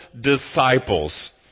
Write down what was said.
disciples